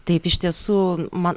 taip iš tiesų man